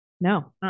No